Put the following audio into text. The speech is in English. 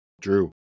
Drew